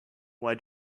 why